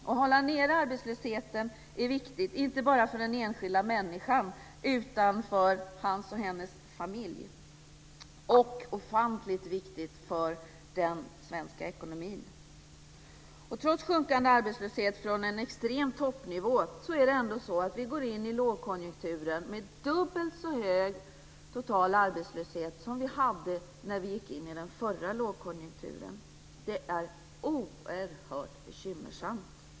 Att hålla arbetslösheten nere är viktigt inte bara för den enskilda människan utan också för hans eller hennes familj - och det är ofantligt viktigt för den svenska ekonomin. Trots en sjunkande arbetslöshet från en extrem toppnivå går vi ändå in i lågkonjunkturen med dubbelt så hög total arbetslöshet som vi hade när vi gick in i den förra lågkonjunkturen. Det är oerhört bekymmersamt.